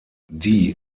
die